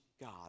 god